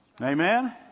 Amen